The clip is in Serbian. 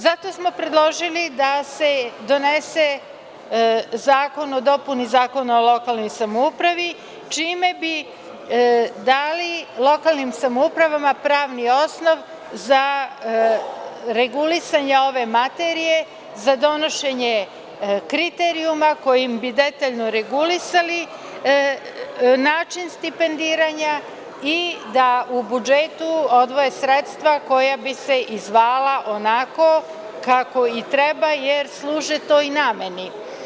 Zato smo predložili da se donese zakon o dopuni Zakona o lokalnoj samoupravi, čime bi dali lokalnim samoupravama pravni osnov za regulisanje ove materije za donošenje kriterijuma kojim bi detaljno regulisali način stipendiranja i da u budžetu odvoje sredstva koja bi se i zvala onako kako i treba jer služe toj nameni.